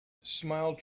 smiled